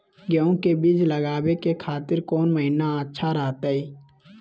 गेहूं के बीज लगावे के खातिर कौन महीना अच्छा रहतय?